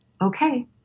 okay